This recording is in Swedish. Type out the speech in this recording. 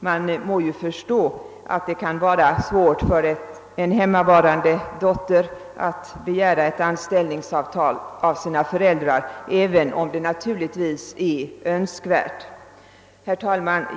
Man må förstå att det kan vara svårt för en hemmavarande dotter att begära ett anställningsavtal av sina föräldrar, även om det naturligtvis är önskvärt. Herr talman!